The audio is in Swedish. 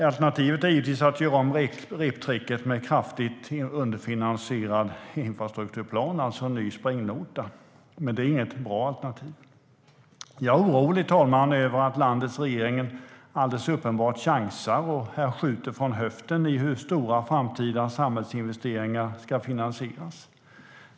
Alternativet är att göra om reptricket med en kraftigt underfinansierad infrastrukturplan, alltså en ny springnota, men det är inget bra alternativ. Jag är orolig, fru talman, över att landets regering alldeles uppenbart chansar och skjuter från höften när det gäller hur stora framtida samhällsinvesteringar ska finansieras.